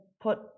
put